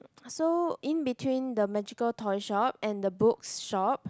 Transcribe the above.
so in between the magical toy shop and the books shop